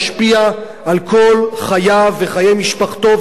משפיע על כל חייו וחיי משפחתו,